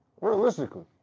Realistically